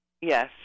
Yes